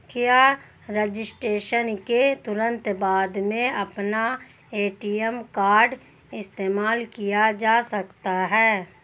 क्या रजिस्ट्रेशन के तुरंत बाद में अपना ए.टी.एम कार्ड इस्तेमाल किया जा सकता है?